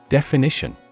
Definition